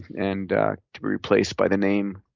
and to replace by the name.